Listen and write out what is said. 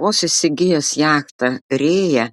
vos įsigijęs jachtą rėja